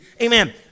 Amen